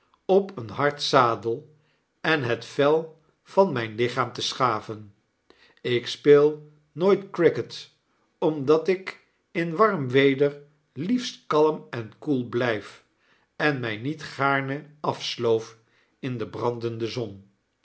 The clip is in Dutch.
op een hard zadel en het vel van myn lichaam te schaven iksj eel nooit cricket omdat ik in warm weder liefst kalm en koel bljjf en mj niet gaarne afsloof inde brandende zon